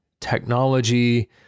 technology